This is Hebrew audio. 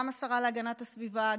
גם השרה להגנת הסביבה,